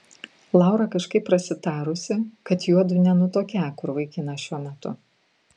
laura kažkaip prasitarusi kad juodu nenutuokią kur vaikinas šiuo metu